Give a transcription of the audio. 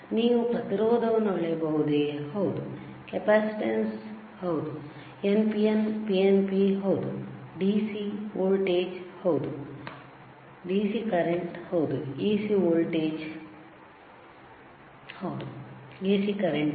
ನೀವು ಪ್ರತಿರೋಧವನ್ನುಅಳೆಯಬಹುದೇ ಹೌದು ಕೆಪಾಸಿಟನ್ಸ್ಹೌದು NPN PNP ಹೌದು DC ವೋಲ್ಟೇಜ್ ಹೌದು DC ಕರೆಂಟ್ ಹೌದು AC ವೋಲ್ಟೇಜ್ ಹೌದು AC ಕರೆಂಟ್ ಹೌದು